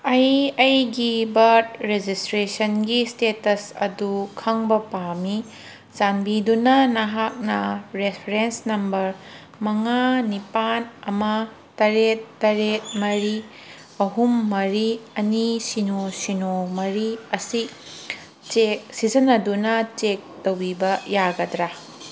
ꯑꯩ ꯑꯩꯒꯤ ꯕꯥꯔꯠ ꯔꯦꯖꯤꯁꯇ꯭ꯔꯦꯁꯟꯒꯤ ꯁ꯭ꯇꯦꯇꯁ ꯑꯗꯨ ꯈꯪꯕ ꯄꯥꯝꯃꯤ ꯆꯥꯟꯕꯤꯗꯨꯅ ꯅꯍꯥꯛꯅ ꯔꯦꯐ꯭ꯔꯦꯟꯁ ꯅꯝꯕꯔ ꯃꯉꯥ ꯅꯤꯄꯥꯜ ꯑꯃ ꯇꯔꯦꯠ ꯇꯔꯦꯠ ꯃꯔꯤ ꯑꯍꯨꯝ ꯃꯔꯤ ꯑꯅꯤ ꯁꯤꯅꯣ ꯁꯤꯅꯣ ꯃꯔꯤ ꯑꯁꯤ ꯆꯦꯛ ꯁꯤꯖꯤꯟꯅꯗꯨꯅ ꯆꯦꯛ ꯇꯧꯕꯤꯕ ꯌꯥꯒꯗ꯭ꯔꯥ